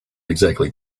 exactly